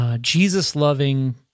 Jesus-loving